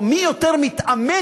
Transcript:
או מי יותר מתאמץ,